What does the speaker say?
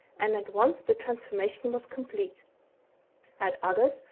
and at once the transformation was complete at others,